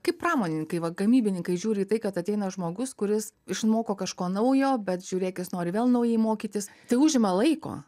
kaip pramonininkai va gamybininkai žiūri į tai kad ateina žmogus kuris išmoko kažko naujo bet žiūrėk jis nori vėl naujai mokytis tai užima laiko